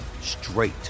straight